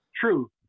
true